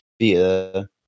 via